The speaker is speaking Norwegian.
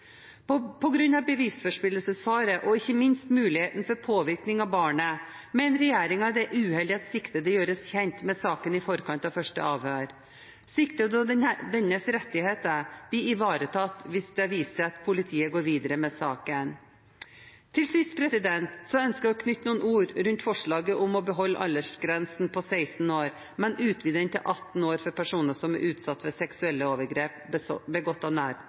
På grunn av bevisforspillelsesfare, og ikke minst muligheten for påvirkning av barnet, mener regjeringen det er uheldig at siktede gjøres kjent med saken i forkant av første avhør. Siktede og dennes rettigheter blir ivaretatt hvis det viser seg at politiet går videre med saken. Til sist ønsker jeg å knytte noen ord til forslaget om å beholde aldersgrensen på 16 år, men utvide den til 18 år for personer som er utsatt for seksuelle overgrep begått av nærstående. Vi har sett at det har skjedd en voldsom økning i antall anmeldelser av